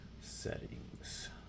Settings